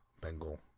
bengal